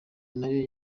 nayo